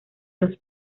los